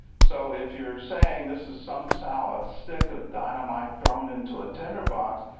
so if you are saying this is some sour stick of dynamite thrown into a tinderbox,